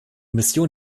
mission